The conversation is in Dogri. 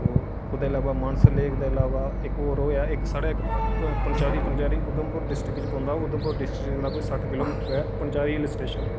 ओह्दे अलावा मानसर लेक दे अलावा इक पंचारी पंचारी उधमपुर डिस्टक च पौंदा उधमपुर डिस्टक कोला कोई सट्ठ किलेमीटर दूर ऐ पंचारी हिल स्टेशन